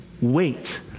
wait